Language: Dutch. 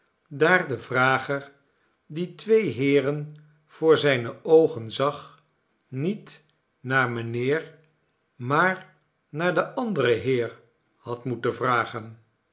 daar de vrager die twee heeren voor zijne oogen zag niet naar mijnheer maar naar den anderen heer had moeten vragen